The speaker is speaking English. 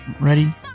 ready